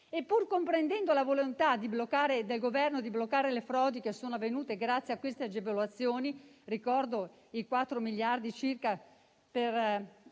Pur comprendendo la volontà del Governo di bloccare le frodi che sono avvenute grazie a queste agevolazioni (ricordo i circa 4